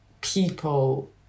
people